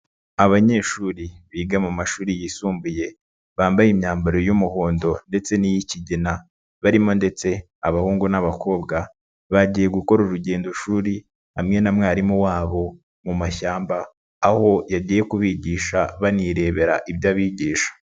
Abanyeshuri biga mu mashuri yisumbuye, bambaye imyambaro y'umuhondo ndetse n'iy'ikigena, barimo ndetse abahungu n'abakobwa, bagiye gukora urugendo shuri hamwe na mwarimu wabo mu mashyamba, aho yagiye kubigisha banirebera iby'abigisha.